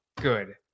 good